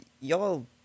y'all